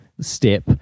step